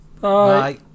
Bye